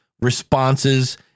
responses